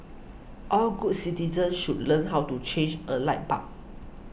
all good citizens should learn how to change a light bulb